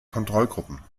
kontrollgruppen